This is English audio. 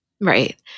Right